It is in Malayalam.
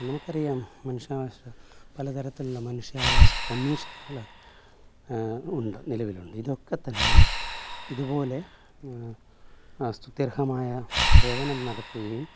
നമുക്കറിയാം മനുഷ്യാവകാശം പലതരത്തിലുള്ള മനുഷ്യയാവകാശ കമീഷനുകൾ ഉണ്ട് നിലവിലുണ്ട് ഇതൊക്കെ തന്നെ ഇതുപോലെ സ്തുത്യർഹമായ സേവനം നടത്തുകയും